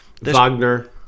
Wagner